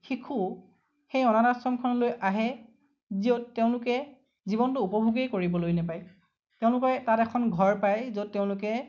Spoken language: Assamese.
শিশু সেই অনাথ আশ্ৰমখনলৈ আহে য'ত তেওঁলোকে জীৱনটো উপভোগেই কৰিবলৈ নেপায় তেওঁলোকৰ তাত এখন ঘৰ পায় য'ত তেওঁলোকে